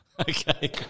Okay